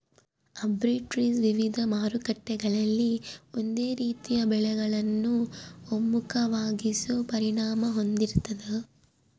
arbitrage ವಿವಿಧ ಮಾರುಕಟ್ಟೆಗಳಲ್ಲಿ ಒಂದೇ ರೀತಿಯ ಬೆಲೆಗಳನ್ನು ಒಮ್ಮುಖವಾಗಿಸೋ ಪರಿಣಾಮ ಹೊಂದಿರ್ತಾದ